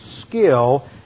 skill